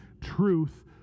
truth